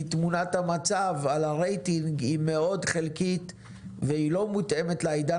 תמונת המצב על הרייטינג היא מאוד חלקית והיא לא מותאמת לעידן